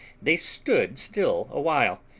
they stood still awhile,